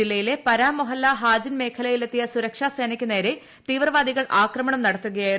ജില്ലയിലെ പരാമൊഹല്ല ഹാജിൻ മേഖലയിലെത്തിയ സുരക്ഷാസേനയ്ക്കു നേരെ തീവ്രവാദികൾ ആക്രമണം നടത്തുകയായിരുന്നു